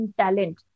talent